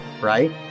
right